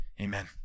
Amen